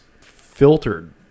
filtered